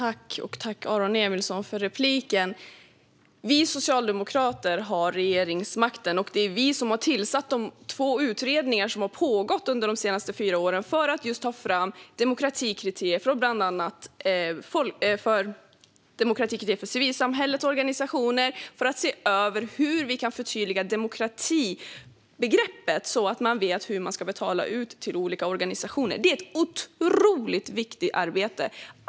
Fru talman! Tack, Aron Emilsson, för repliken! Vi socialdemokrater har regeringsmakten, och det är vi som har tillsatt de två utredningar som har pågått under de senaste åren för att ta fram demokratikriterier för civilsamhällets organisationer. Så kan vi se över hur vi kan förtydliga demokratibegreppet så att man vet hur man ska betala ut till olika organisationer. Detta är ett otroligt viktigt arbete.